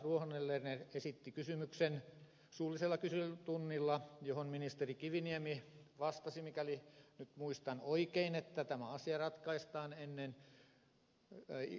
ruohonen lerner esitti suullisella kyselytunnilla kysymyksen johon ministeri kiviniemi vastasi mikäli nyt muistan oikein että tämä asia ratkaistaan ennen kesän istuntotaukoa